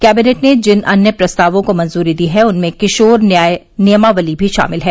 cabinet ने जिन अन्य प्रस्तावों को मंजूरी दी है उनमें किशोर न्याय नियमावली भी शामिल है